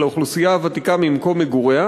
של האוכלוסייה הוותיקה ממקום מגוריה